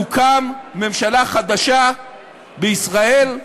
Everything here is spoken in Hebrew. תוקם ממשלה חדשה בישראל,